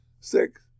six